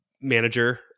manager